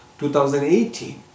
2018